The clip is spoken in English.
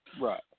right